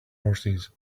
horses